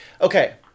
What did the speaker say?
okay